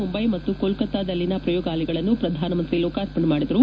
ಮುಂಬೈ ಮತ್ತು ಕೋಲ್ಕತಾದಲ್ಲಿನ ಪ್ರಯೋಗಾಲಯಗಳನ್ನು ಪ್ರಧಾನಮಂತ್ರಿ ಲೋಕಾರ್ಪಣೆ ಮಾಡಿದರು